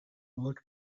old